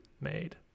made